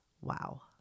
wow